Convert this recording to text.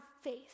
faith